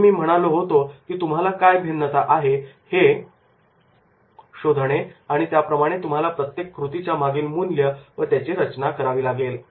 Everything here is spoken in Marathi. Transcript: आधी मी म्हणालो होतो की तुम्हाला काय भिन्नता आहे हे शो आणि त्याप्रमाणे तुम्हाला प्रत्येक कृतीच्या मागील मूल्य व त्याची रचना करावी लागेल